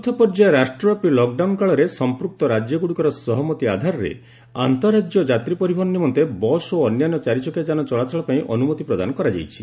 ଚତୁର୍ଥ ପର୍ଯ୍ୟାୟ ରାଷ୍ଟ୍ରବ୍ୟାପୀ ଲକ୍ଡାଉନ୍ କାଳରେ ସମ୍ପୁକ୍ତ ରାଜ୍ୟଗୁଡ଼ିକର ସହମତି ଆଧାରରେ ଅନ୍ତଃରାଜ୍ୟ ଯାତ୍ରୀ ପରିବହନ ନିମନ୍ତେ ବସ୍ ଓ ଅନ୍ୟାନ୍ୟ ଚାରିଚକିଆ ଯାନ ଚଳାଚଳ ପାଇଁ ଅନୁମତି ପ୍ରଦାନ କରାଯାଇଛି